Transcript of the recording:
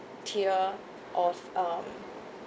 tier of um